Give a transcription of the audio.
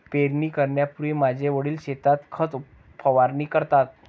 पेरणी करण्यापूर्वी माझे वडील शेतात खत फवारणी करतात